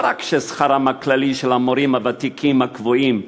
לא רק ששכרם הכללי של המורים הוותיקים, הקבועים,